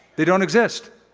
they don't exist.